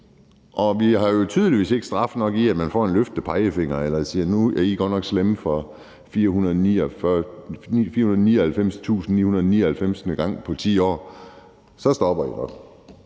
og vi har jo tydeligvis ikke straf nok i, at man får en løftet pegefinger, eller at der bliver sagt: Nu er I godt nok er slemme for 499.999. gang på 10 år, og så stopper I.